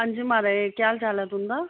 हां जी महाराज केह् हाल चाल ऐ तुं'दा